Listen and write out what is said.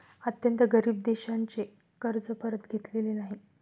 अत्यंत गरीब देशांचे कर्ज परत घेतलेले नाही